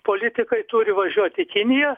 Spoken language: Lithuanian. politikai turi važiuot į kiniją